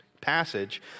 passage